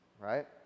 Right